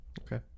Okay